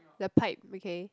the pipe okay